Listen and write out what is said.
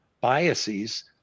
biases